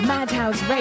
Madhouse